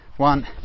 one